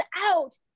out